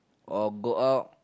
or go out